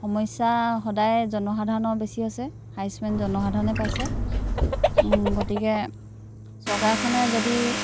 সমস্যা সদায় জনসাধাৰণৰ বেছি আছে হাৰাচমেণ্ট জনসাধাৰণে পাইছে গতিকে চৰকাৰখনে যদি